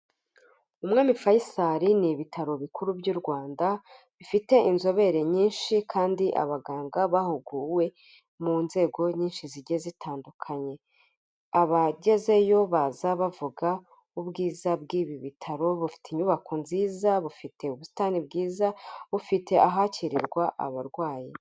Umwami Faisal ni ibitaro bikuru by'u Rwanda, bifite inzobere nyinshi kandi abaganga bahuguwe mu nzego nyinshi zijyiy zitandukanye. Abagezeyo baza bavuga ubwiza bw'ibi bitaro, bufite inyubako nziza, bufite ubusitani bwiza, bufite ahakirirwa abarwayi.